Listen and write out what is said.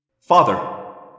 Father